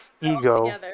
ego